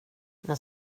jag